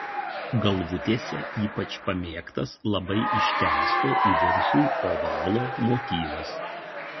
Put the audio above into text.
galvutėse ypač pamėgtas labai ištęsto į viršų ovalo motyvas